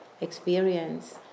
experience